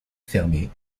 fermée